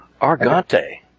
Argante